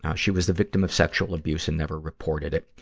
ah she was the victim of sexual abuse and never reported it.